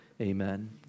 Amen